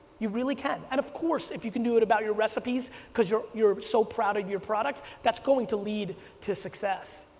you really can. and of course if you can do it about your recipes, because you're, you're so proud of your products, that's going to lead to success.